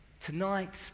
Tonight